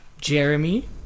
Jeremy